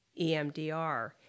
EMDR